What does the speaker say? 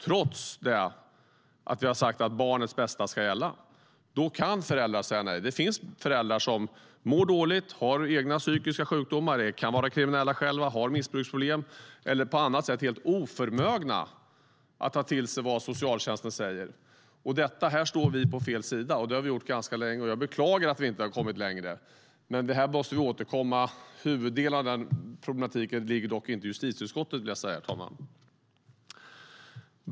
Trots att vi sagt att barnets bästa ska gälla kan föräldrar säga nej. Det finns föräldrar som mår dåligt, har egna psykiska sjukdomar, kan själva vara kriminella, har missbruksproblem eller är på annat sätt helt oförmögna att ta till sig vad socialtjänsten säger. Här står vi på fel sida, och det har vi gjort ganska länge. Jag beklagar att vi inte kommit längre. Vi måste återkomma i frågan, men huvuddelen av problematiken ligger inte på justitieutskottet.